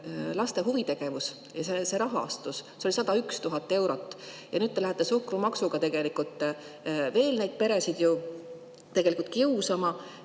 laste huvitegevuse rahastus oli 101 000 eurot. Ja nüüd te lähete suhkrumaksuga veel neid peresid tegelikult kiusama.